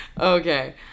okay